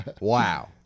Wow